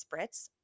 spritz